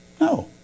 No